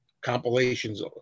compilations